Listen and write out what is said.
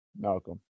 Malcolm